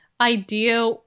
idea